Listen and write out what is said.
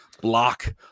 block